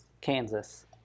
Kansas